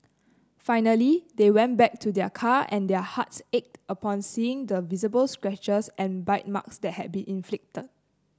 finally they went back to their car and their hearts ached upon seeing the visible scratches and bite marks that had been inflicted